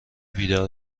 بیدار